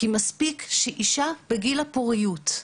כי מספיק שאישה בגיל הפוריות,